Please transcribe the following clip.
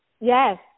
Yes